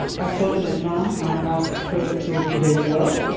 i called my mom, i ask her to behave well.